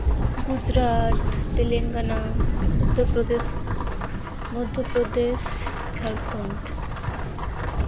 Gujarat Telangana Uttar Pradesh Madhya Pradesh Jharkhand